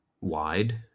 wide